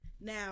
now